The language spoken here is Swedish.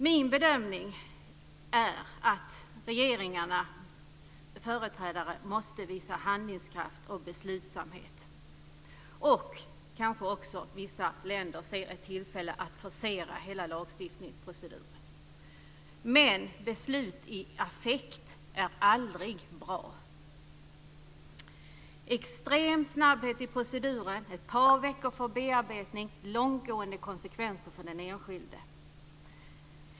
Min bedömning är att regeringarnas företrädare måste visa handlingskraft och beslutsamhet. Kanske också vissa länder ser ett tillfälle att forcera hela lagstiftningsproceduren. Men beslut i affekt är aldrig bra. Extrem snabbhet i proceduren, ett par veckor för bearbetning, långtgående konsekvenser för den enskilde.